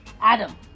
Adam